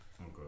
Okay